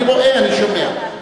אני רואה, אני שומע.